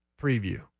preview